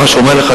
מה שהוא אומר לך,